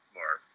more